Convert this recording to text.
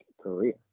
career